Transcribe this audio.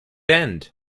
end